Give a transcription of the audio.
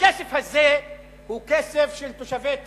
הכסף הזה הוא כסף של תושבי טייבה.